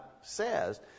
says